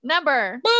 number